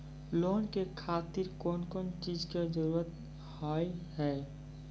Loan के खातिर कौन कौन चीज के जरूरत हाव है?